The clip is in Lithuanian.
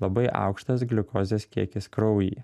labai aukštas gliukozės kiekis kraujyje